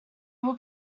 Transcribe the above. will